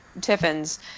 Tiffin's